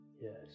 Yes